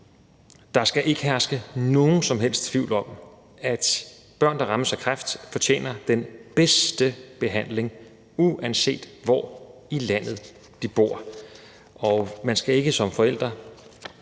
Der skal ikke herske nogen som helst tvivl om, at børn, der rammes af kræft, fortjener den bedste behandling, uanset hvor i landet de bor. Man skal ikke som forælder